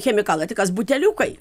chemikalai tai kas buteliukai